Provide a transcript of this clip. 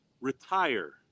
retire